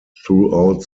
throughout